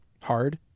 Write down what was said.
hard